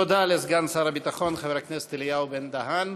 תודה לסגן שר הביטחון, חבר הכנסת אלי בן-דהן,